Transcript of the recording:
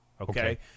Okay